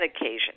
occasion